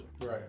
right